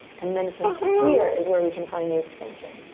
and then from here is where we can find the extension.